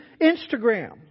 Instagram